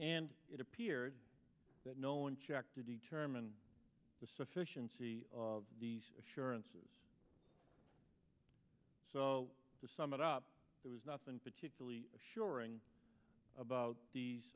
and it appeared that no one checked to determine the sufficiency of these assurances so to sum it up there was nothing particularly assuring about the